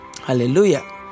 Hallelujah